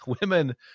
Women